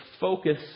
focus